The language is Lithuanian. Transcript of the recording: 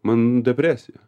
man depresija